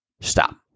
stop